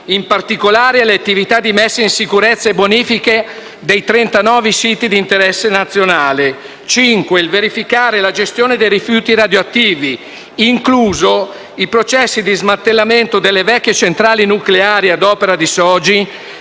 in particolare le attività di messa in sicurezza e bonifica dei 39 siti di interesse nazionale; verificare la gestione dei rifiuti radioattivi, inclusi i processi di smantellamento delle vecchie centrali nucleari a opera di Sogin,